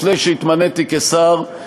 לפני שהתמניתי לשר,